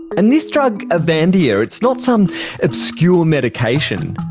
and this drug avandia, it's not some obscure medication,